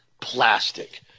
plastic